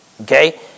Okay